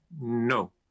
No